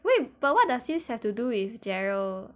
wait but what does this have to do with gerald